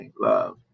love